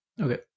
Okay